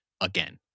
again